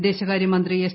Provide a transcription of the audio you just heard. വിദേശകാര്യ മന്ത്രി എസ്